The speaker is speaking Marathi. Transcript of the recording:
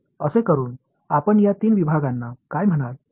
तर असे करून आपण या तीन विभागांना काय म्हणाल